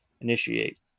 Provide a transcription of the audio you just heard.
initiate